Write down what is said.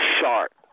sharp